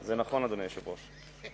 זה נכון, אדוני היושב-ראש.